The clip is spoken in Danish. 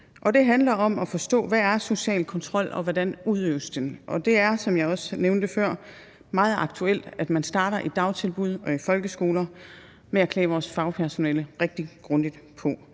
Det handler om at forstå, hvad social kontrol er, og hvordan den udøves, og det er, som jeg også nævnte før, meget aktuelt, at man starter i dagtilbud og i folkeskoler med at klæde vores fagpersonale rigtig